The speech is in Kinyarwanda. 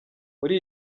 muri